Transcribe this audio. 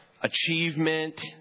achievement